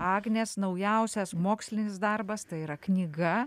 agnės naujausias mokslinis darbas tai yra knyga